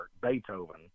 Beethoven